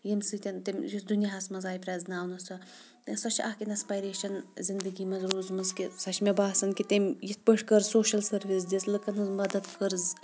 ییٚمہِ سۭتۍ تٔمۍ یُس دُنیاہَس منٛز آیہِ پرٛزناونہٕ سۄ سۄ چھےٚ اَکھ اِنسَپایریشَن زندگی منٛز روٗزمٕژ کہِ سۄ چھےٚ مےٚ باسان کہِ تٔمۍ یِتھ پٲٹھۍ کٔر سوشَل سٔروِس دِژ لُکَن ہٕنٛز مَدد کٔرٕز